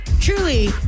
Truly